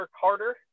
Carter